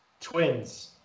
Twins